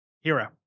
Hero